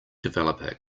developer